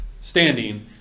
standing